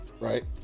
right